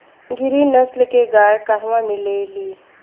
गिरी नस्ल के गाय कहवा मिले लि?